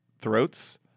throats